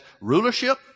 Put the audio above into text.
rulership